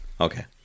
Okay